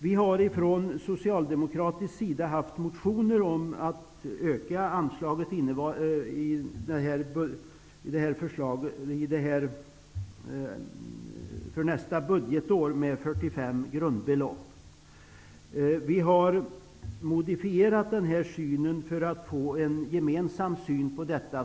Vi har från socialdemokratisk sida motionerat om att inför nästa budgetår öka anslaget med 45 grundbelopp. Vi har modifierat vår uppfattning för att få en gemensam syn på detta.